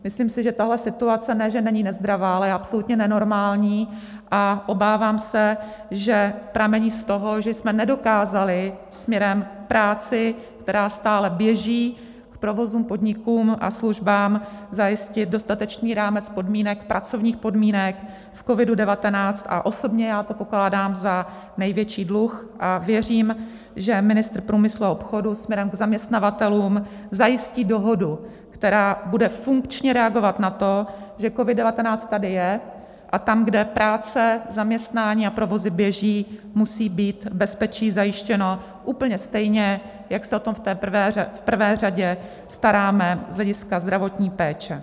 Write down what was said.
Myslím si, že tahle situace ne že není nezdravá, ale je absolutně nenormální, a obávám se, že pramení z toho, že jsme nedokázali směrem k práci, která stále běží, k provozům, podnikům a službám zajistit dostatečný rámec podmínek, pracovních podmínek v COVID19, a já osobně to pokládám za největší dluh a věřím, že ministr průmyslu a obchodu směrem k zaměstnavatelům zajistí dohodu, která bude funkčně reagovat na to, že COVID19 tady je, a tam, kde práce, zaměstnání a provozy běží, musí být bezpečí zajištěno úplně stejně, jak se o to v té prvé řadě staráme z hlediska zdravotní péče.